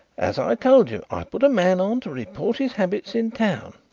as i told you, i put a man on to report his habits in town.